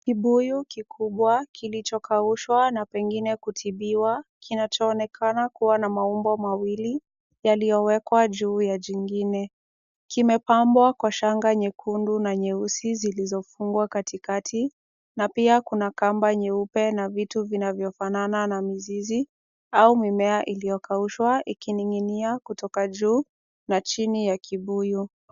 Kibuyu kikubwa kilichokaushwa na pengine kutibiwa kinachoonekana kuwa na maumbo mawili yaliyowekwa juu ya jingine. Kimepambwa kwa shanga nyekundu na nyeusi zilizofungwa katikati, na pia kuna kamba nyeupe na vitu vinavyofanana na mizizi au mimea uliokaushwa ikining'inia kutoka juu na chini ya kibuyu.